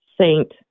saint